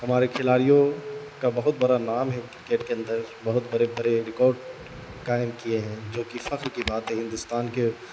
ہمارے کھلاڑیوں کا بہت بڑا نام ہے کرکٹ کے اندر بہت بڑے بڑے ریکارڈ قائم کیے ہیں جو کہ فخر کی بات ہے ہندوستان کے